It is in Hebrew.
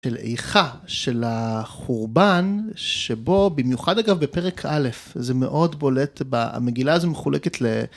של איכה, של החורבן, שבו במיוחד אגב בפרק א', זה מאוד בולט, המגילה הזאת מחולקת ל...